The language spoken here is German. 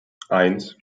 eins